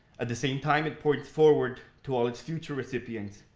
at the same time, it points forward to all its future recipients,